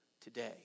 today